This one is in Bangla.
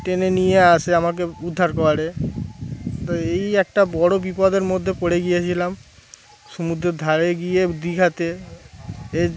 টেনে নিয়ে আর সে আমাকে উদ্ধার করে তো এই একটা বড় বিপদের মধ্যে পড়ে গিয়েছিলাম সমুদ্রের ধারে গিয়ে দীঘাতে এ